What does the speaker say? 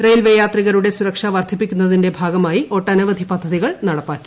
railway യാത്രികരുടെ സുരക്ഷ വർധിപ്പിക്കുന്നതിന്റെ ഭാഗമായി ഒട്ടനവധി പദ്ധതികൾ നടപ്പാക്കി